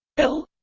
l